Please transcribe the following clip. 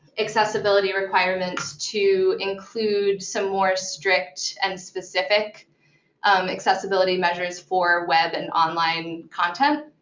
accessibility requirements to include some more strict and specific um accessibility measures for web and online content.